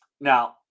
Now